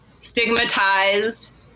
stigmatized